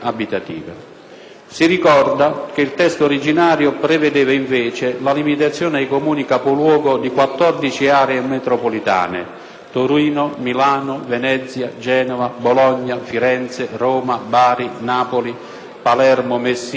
Si ricorda che il testo originario prevedeva, invece, la limitazione ai Comuni capoluogo di 14 aree metropolitane (Torino, Milano, Venezia, Genova, Bologna, Firenze, Roma, Bari, Napoli, Palermo, Messina, Catania,